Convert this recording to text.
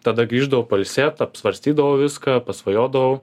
tada grįždavau pailsėt apsvarstydavau viską pasvajodavau